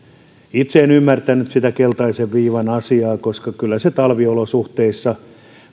itse en ymmärtänyt sitä keltaisen viivan asiaa koska kyllä se talviolosuhteissa